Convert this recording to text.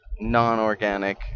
non-organic